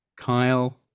Kyle